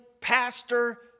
pastor